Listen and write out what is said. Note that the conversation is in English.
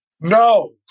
No